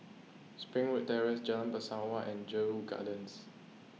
Springwood Terrace Jalan Bangsawan and Jedburgh Gardens